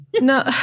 No